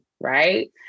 right